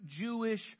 Jewish